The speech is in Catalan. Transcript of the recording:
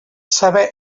saber